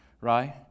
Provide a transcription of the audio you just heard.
right